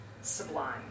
sublime